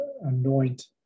anoint